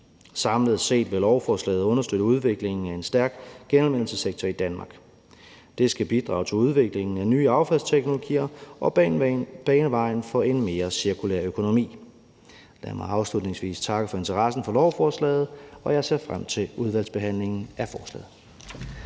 Samlet set vil lovforslaget understøtte udviklingen af en stærk genanvendelsessektor i Danmark. Det skal bidrage til udviklingen af nye affaldsteknologier og bane vejen for en mere cirkulær økonomi. Lad mig afslutningsvis takke for interessen for lovforslaget; jeg ser frem til udvalgsbehandlingen af forslaget.